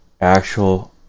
Actual